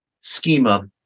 schema